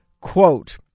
Quote